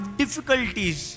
difficulties